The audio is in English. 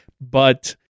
But-